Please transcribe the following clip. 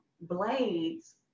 blades